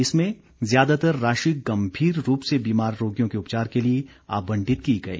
इसमें ज़्यादातर राशि गंभीर रूप से बीमार रोगियों के उपचार के लिए आबंटित की गई